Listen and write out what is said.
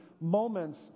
moments